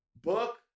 Book